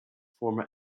former